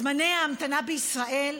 זמני ההמתנה בישראל,